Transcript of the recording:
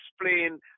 explain